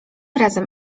razem